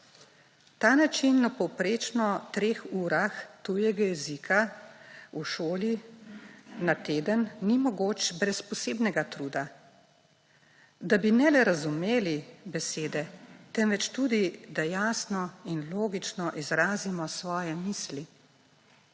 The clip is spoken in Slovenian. Ta način na povprečno treh urah tujega jezika v šolah na teden ni mogoč brez posebnega truda, da bi ne le razumeli besede, temveč tudi da jasno in logično izrazimo svoje misli.